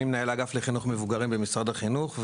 אני מנהל האגף לחינוך מבוגרים במשרד החינוך,